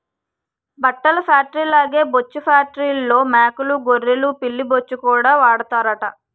బట్టల ఫేట్రీల్లాగే బొచ్చు ఫేట్రీల్లో మేకలూ గొర్రెలు పిల్లి బొచ్చుకూడా వాడతారట